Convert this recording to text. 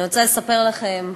אני רוצה לספר לכם,